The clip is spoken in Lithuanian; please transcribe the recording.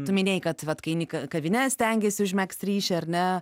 tu minėjai kad vat kai eini į kavines stengiesi užmegzt ryšį ar ne